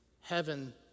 Heaven